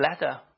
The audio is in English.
letter